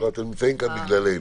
--- אתם נמצאים כאן בגללנו.